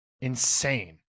insane